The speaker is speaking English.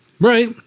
Right